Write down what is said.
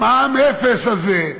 המע"מ אפס הזה,